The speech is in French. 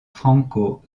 franco